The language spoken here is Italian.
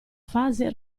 fase